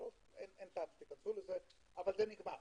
אין טעם שתיכנסו לזה, אבל זה נגמר.